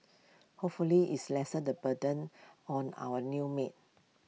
hopefully it's lessen the burden on our new maid